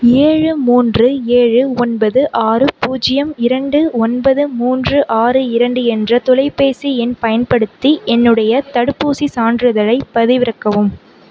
ஏழு மூன்று ஏழு ஒன்பது ஆறு பூஜ்ஜியம் இரண்டு ஒன்பது மூன்று ஆறு இரண்டு என்ற தொலைப்பேசி எண் பயன்படுத்தி என்னுடைய தடுப்பூசி சான்றிதழைப் பதிவிறக்கவும்